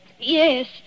Yes